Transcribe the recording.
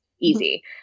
easy